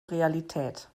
realität